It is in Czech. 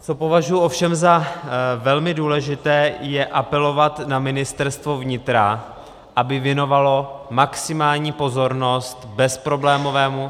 Co považuji ovšem za velmi důležité, je apelovat na Ministerstvo vnitra, aby věnovalo maximální pozornost bezproblémovému...